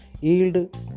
Yield